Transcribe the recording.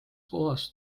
kohas